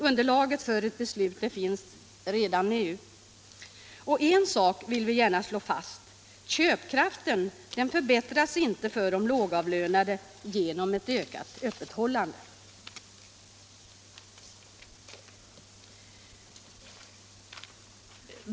Underlaget för ett beslut finns redan nu. Och en sak vill vi gärna slå fast: köpkraften för de lågavlönade förbättras inte genom ett ökat öppethållande.